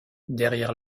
derrière